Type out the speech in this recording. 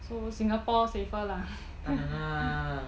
so singapore safer lah